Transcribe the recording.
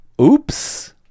Oops